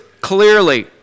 clearly